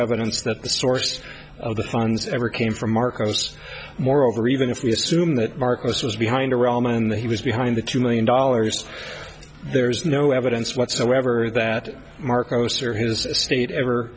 evidence that the source of the funds ever came from marcos moreover even if we assume that marcus was behind or all men that he was behind the two million dollars there is no evidence whatsoever that marcos or his estate ever